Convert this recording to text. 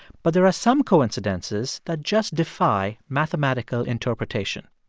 but there are some coincidences that just defy mathematical interpretation.